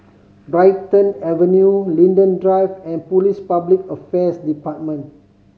Brighton Avenue Linden Drive and Police Public Affairs Department